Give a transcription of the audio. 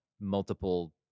multiple